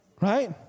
Right